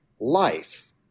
life